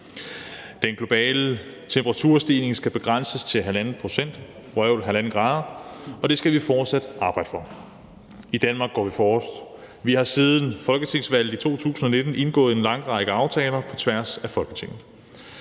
Den globale temperaturstigning skal begrænses til 1,5 grader, og det skal vi fortsat arbejde for. I Danmark går vi forrest. Vi har siden folketingsvalget i 2019 indgået en lang række aftaler på tværs af Folketinget,